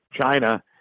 China